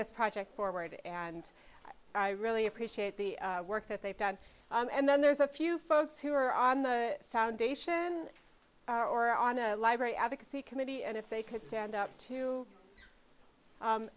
this project forward and i really appreciate the work that they've done and then there's a few folks who are on the foundation or on a library advocacy committee and if they could stand up to